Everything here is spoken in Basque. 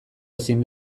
ezin